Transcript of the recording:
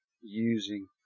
using